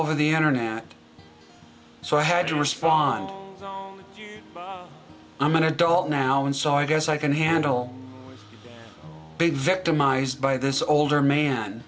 over the internet so i had to respond i'm an adult now and so i guess i can handle big victimized by this older man